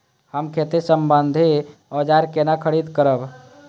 हम खेती सम्बन्धी औजार केना खरीद करब?